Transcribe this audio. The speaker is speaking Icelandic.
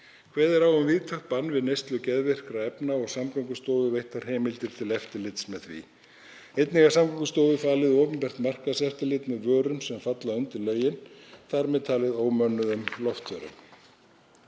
Kveðið er á um víðtækt bann við neyslu geðvirkra efna og Samgöngustofu veittar heimildir til eftirlits með því. Einnig er Samgöngustofu falið opinbert markaðseftirlit með vörum sem falla undir lögin, þar með talið ómönnuðum loftförum.